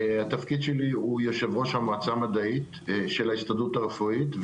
התפקיד שלי הוא יושב-ראש המועצה המדעית של ההסתדרות הרפואית,